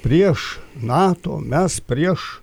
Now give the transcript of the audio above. prieš nato mes prieš